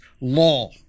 law